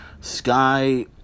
Sky